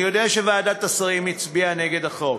אני יודע שוועדת השרים הצביעה נגד החוק,